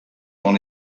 dans